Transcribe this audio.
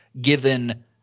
given